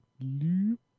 loop